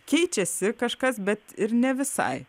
keičiasi kažkas bet ir ne visai